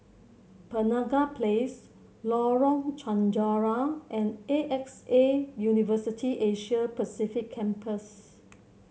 Penaga Place Lorong Chencharu and A X A University Asia Pacific Campus